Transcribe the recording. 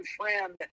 friend